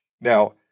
Now